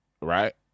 right